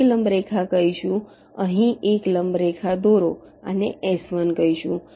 એક લંબ રેખા કહીશું અહીં એક લંબ રેખા દોરો આને S1 કહીશું